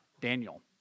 Daniel